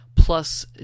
Plus